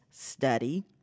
study